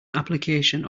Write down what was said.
application